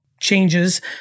changes